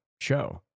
show